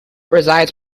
resides